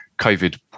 COVID